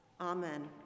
Amen